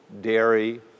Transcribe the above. dairy